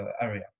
area